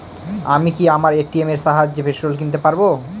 আমি কি আমার এ.টি.এম এর সাহায্যে পেট্রোল কিনতে পারব?